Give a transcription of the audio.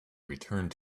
returned